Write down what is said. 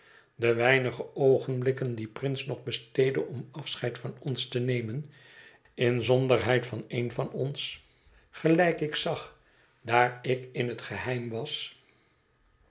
de weinige oogenblikken die prince nog besteedde om afscheid van ons te nemen inzonderheid van een van ons gelijk het verlaten huis ik zag daar ik in het geheim was